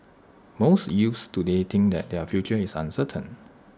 most youths today think that their future is uncertain